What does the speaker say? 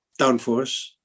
downforce